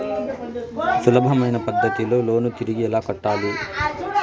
సులభమైన పద్ధతిలో లోను తిరిగి ఎలా కట్టాలి